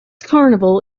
carnival